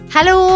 Hello